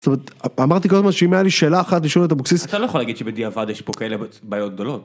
אמרתי קודם שהיא מעלה שאלה אחת לשאול את אבוקסיס לא יכול להגיד שבדיעבד יש פה כאלה בעיות גדולות.